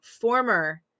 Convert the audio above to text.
former